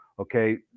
Okay